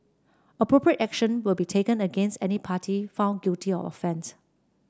appropriate action will be taken against any party found guilty of offence